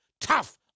tough